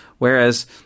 Whereas